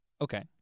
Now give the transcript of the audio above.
Okay